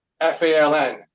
F-A-L-N